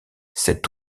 cet